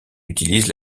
utilise